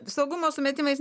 saugumo sumetimais